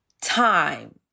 Time